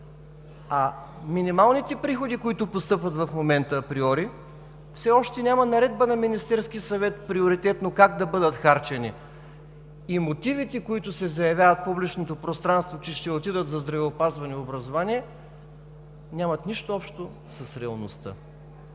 а минималните приходи, които постъпват, в момента априори, все още няма наредба на Министерския съвет приоритетно как да бъдат харчени, и мотивите, които се заявяват в публичното пространство, че ще отидат за здравеопазване и образование, нямат нищо общо с реалността.